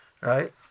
Right